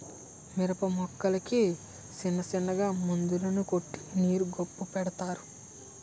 మిరపమొక్కలకి సిన్నసిన్న మందులను కట్టి నీరు గొప్పు పెడతారు